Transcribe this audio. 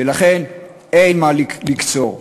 ולכן אין מה לקצור.